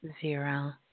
zero